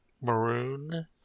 maroon